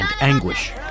anguish